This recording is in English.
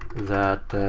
that